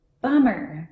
bummer